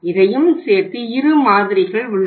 இதையும்சேர்த்து இரு மாதிரிகள் உள்ளன